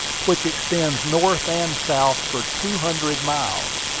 which extends north and south for two hundred miles.